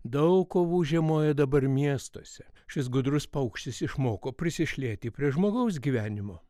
daug kovų žiemoja dabar miestuose šis gudrus paukštis išmoko prisišlieti prie žmogaus gyvenimo